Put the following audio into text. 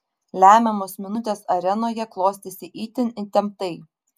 lemiamos minutės arenoje klostėsi itin įtemptai